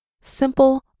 simple